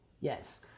Yes